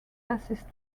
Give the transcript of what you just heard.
bassist